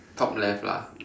top left lah